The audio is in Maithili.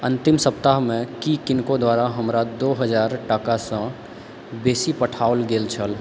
अन्तिम सप्ताहमे की किनको द्वारा हमरा दू हजार टाकासँ बेसी पठाओल गेल छल